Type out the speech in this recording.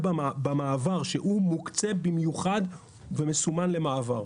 במעבר שהוא מוקצה במיוחד ומסומן למעבר.